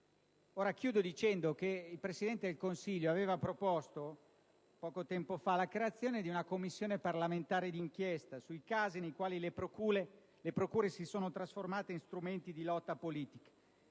Concludo dicendo che il Presidente del Consiglio aveva proposto, poco tempo fa, la creazione di una Commissione parlamentare di inchiesta sui casi nei quali le procure si sono trasformate in strumenti di lotta politica,